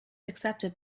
accepted